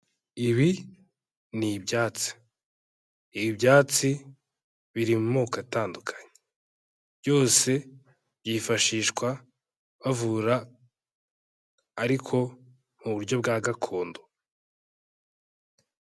Ibi ni ibyatsi, ibyatsi biri mu moko atandukanye, byose byifashishwa bavura ariko mu buryo bwa gakondo.